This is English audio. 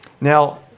Now